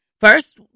First